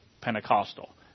Pentecostal